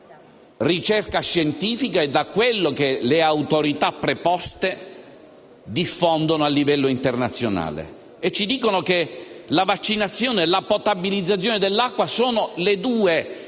ricerca scientifica e da quello che le autorità preposte diffondono a livello internazionale e ci dicono che la vaccinazione e la potabilizzazione dell'acqua sono le due